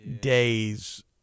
days